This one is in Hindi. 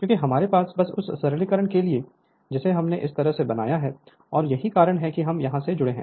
क्योंकि हमारे पास बस उस सरलीकरण के लिए है जिसे हमने इस तरह से बनाया है और यही कारण है कि हम यहां से जुड़े हैं